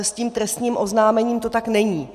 S tím trestním oznámením to tak není.